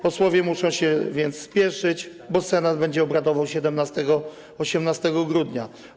Posłowie muszą się więc spieszyć, bo Senat będzie obradował 17 i 18 grudnia.